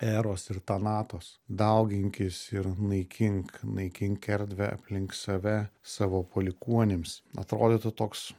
eros ir tanatos dauginkis ir naikink naikink erdvę aplink save savo palikuonims atrodytų toks